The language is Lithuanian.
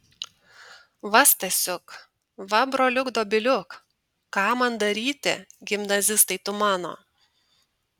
va stasiuk va broliuk dobiliuk ką man daryti gimnazistai tu mano